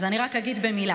אז אני רק אגיד במילה.